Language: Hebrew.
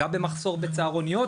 גם במחסור בצהרוניות,